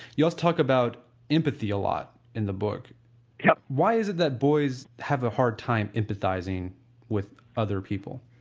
you also talk about empathy a lot in the book yeah why is it that boys have a hard time empathizing with other people?